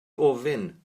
ofyn